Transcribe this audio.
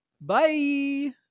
Bye